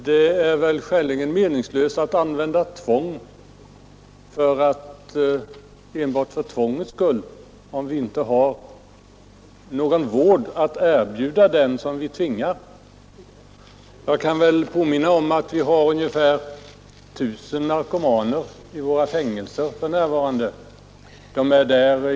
Det är skäligen meningslöst att använda tvång — enbart för tvångets skull — om vi inte har någon vård att erbjuda den som vi tvingar. Jag kan påminna om att vi har ungefär 1 000 narkomaner i våra fängelser för närvarande.